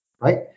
Right